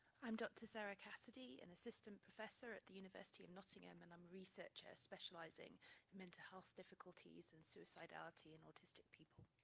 i'm dr. sarah cassidy, and assistant professor at the university of nottingham, and i'm a researcher specializing in mental health difficulties and suicidality in autistic people.